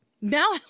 Now